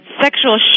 sexual